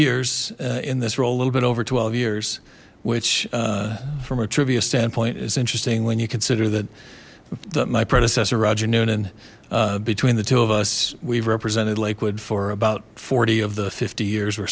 years in this role a little bit over twelve years which from a trivia standpoint is interesting when you consider that my predecessor roger noonan between the two of us we've represented lakewood for about forty of the fifty years